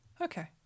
Okay